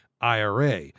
IRA